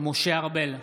משה ארבל,